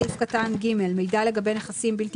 בסעיף קטן (ג) "מידע לגבי נכסים בלתי